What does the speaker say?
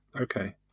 okay